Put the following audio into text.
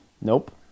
Nope